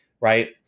right